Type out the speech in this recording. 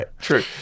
true